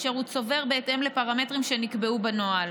אשר הוא צובר בהתאם לפרמטרים שנקבעו בנוהל.